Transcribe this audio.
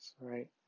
right